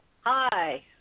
Hi